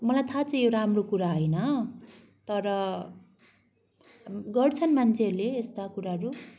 मलाई थाहा छ यो राम्रो कुरा होइन तर गर्छन् मान्छेहरूले यस्ता कुराहरू